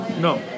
No